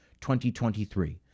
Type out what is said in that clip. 2023